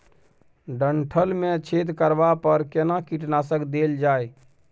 डंठल मे छेद करबा पर केना कीटनासक देल जाय?